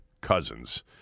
Cousins